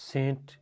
Saint